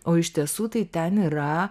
o iš tiesų tai ten yra